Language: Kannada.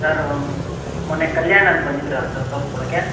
ಸರ್ ಮೊನ್ನೆ ಕಲ್ಯಾಣ್ ಅಂತ ಬಂದಿದ್ದರಲ್ಲ ಸರ್ ತೋರ್ಸ್ಕೊಳ್ಳೋಕ್ಕೆ